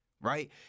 right